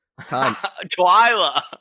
Twyla